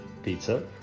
pizza